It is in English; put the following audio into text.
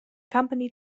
company